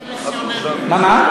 מה?